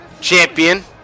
champion